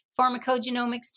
pharmacogenomics